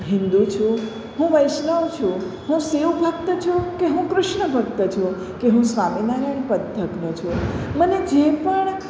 હું હિન્દુ છું હું વૈષ્ણવ છું હું શિવ ભક્ત છું કે હું કૃષ્ણ ભક્ત છું કે હું સ્વામીનારાયણ પંથકનો છુ મને જે પણ